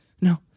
no